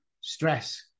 stress